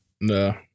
No